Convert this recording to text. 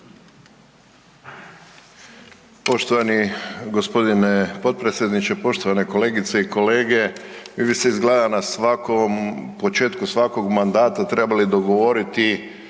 Poštovani gospodine potpredsjedniče, poštovane kolegice i kolege mi bi se izgleda na svakom, u početku svakog mandata trebali dogovoriti